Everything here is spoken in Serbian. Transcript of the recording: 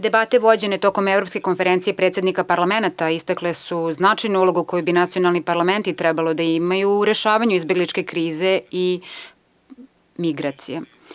Debate vođene tokom Evropske konferencije predsednika parlamenata istakle su značajnu ulogu koju bi nacionalni parlamenti trebalo da imaju u rešavanju izbegličke krize i migracija.